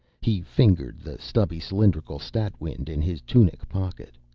he fingered the stubby cylinderical stat-wind in his tunic pocket.